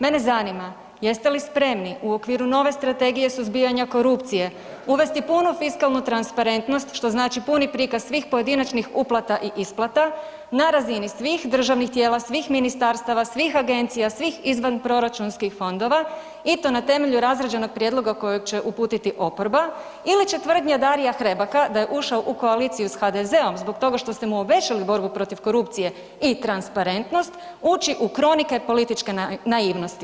Mene zanima jeste li spremni u okviru nove strategije suzbijanja korupcije uvesti punu fiskalnu transparentnost, što znači puni prikaz svih pojedinačnih uplata i isplata na razini svih državnih tijela, svih ministarstava, svih agencija, svih izvanproračunskih fondova, i to na temelju razrađenog prijedloga kojeg će uputiti oporba ili će tvrdnje Darija Hrebaka, da je ušao u koaliciju s HDZ-om zbog toga što ste mu obećali borbu protiv korupcije i transparentnost, ući u kronike političke naivnosti?